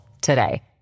today